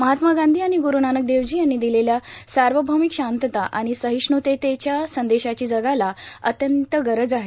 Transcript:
महात्मा गांधी आणि ग्रूनानक देवजी यांनी दिलेल्या सार्वभौमिक शांतता आणि सहिष्णुतेच्या संदेशाची जगाला अत्यंत गरज आहे